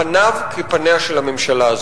פניו כפניה של הממשלה הזאת.